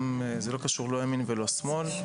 זה לא קשור לא לימין ולא לשמאל.